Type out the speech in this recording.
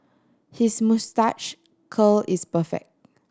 his moustache curl is perfect